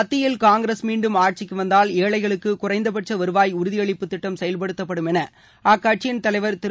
மத்தியில் காங்கிரஸ் மீண்டும் ஆட்சிக்கு வந்தால் ஏழைகளுக்கு குறைந்தபட்ச வருவாய் உறுதியளிப்புத் திட்டம் செயல்படுத்தப்படும் என அக்கட்சியின் தலைவர் திரு